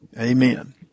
Amen